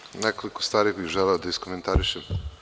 Pre svega, nekoliko stvari bih želeo da iskomentarišem.